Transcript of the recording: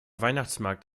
weihnachtsmarkt